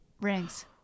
Rings